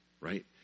Right